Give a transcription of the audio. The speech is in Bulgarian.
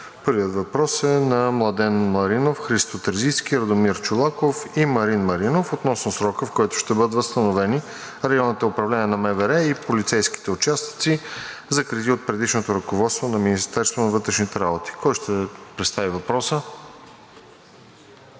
Първият въпрос е на Младен Маринов, Христо Терзийски, Радомир Чолаков и Марин Маринов относно срока, в който ще бъдат възстановени районните управления на МВР и полицейските участъци, закрити от предишното ръководство на Министерството на вътрешните работи. Кой ще представи въпроса?